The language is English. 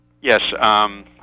Yes